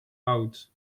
oud